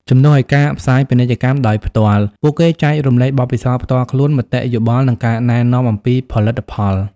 ជំនួសឱ្យការផ្សាយពាណិជ្ជកម្មដោយផ្ទាល់ ពួកគេចែករំលែកបទពិសោធន៍ផ្ទាល់ខ្លួន មតិយោបល់ និងការណែនាំអំពីផលិតផល។